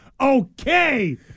okay